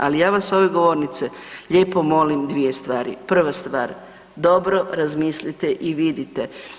Ali, ja vas s ove govornice lijepo molim dvije stvari, prva stvar, dobro razmislite i vidite.